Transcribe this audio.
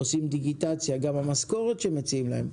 גם המשכורת שמציעים להם,